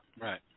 Right